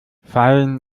fein